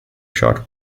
short